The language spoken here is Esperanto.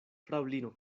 fraŭlino